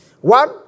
One